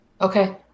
Okay